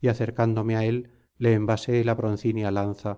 y acercándome á él le envasé la broncínea lanza